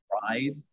pride